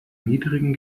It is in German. niedrigen